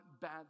bad